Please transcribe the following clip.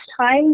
time